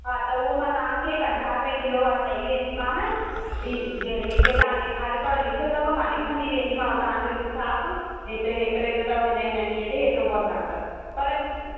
हा त उहो मां तव्हांखे पंजाह रुपए किलो वारो ॾेई वेंदीमाव हीअ जे जेके तव्हां ॾेखारियो अथव लिखियो अथव मां लिखंदी वेंदीमाव तव्हांजो हिसाब एतिरे एतिरे जो अथव हिन हिन ॾींह ते एतिरो पहुचांण अथव पर